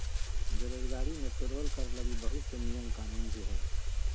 बेरोजगारी मे पेरोल कर लगी बहुत से नियम कानून भी हय